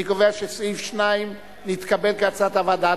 אני קובע שסעיף 2 נתקבל כהצעת הוועדה.